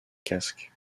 casque